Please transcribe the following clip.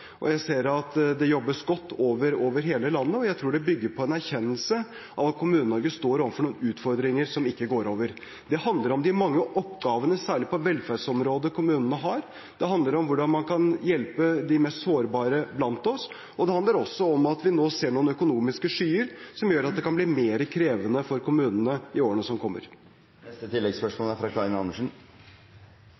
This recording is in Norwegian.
Jeg ser at det jobbes godt over hele landet, og jeg tror det bygger på en erkjennelse av at Kommune-Norge står overfor noen utfordringer som ikke går over. Det handler om de mange oppgavene, særlig på velferdsområdet, kommunene har, det handler om hvordan man kan hjelpe de mest sårbare blant oss, og det handler også om at vi nå ser noen økonomiske skyer som gjør at det kan bli mer krevende for kommunene i årene som kommer.